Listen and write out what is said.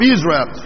Israel